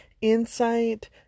insight